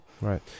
Right